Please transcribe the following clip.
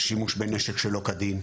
שימוש בנשק שלא כדין,